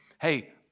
Hey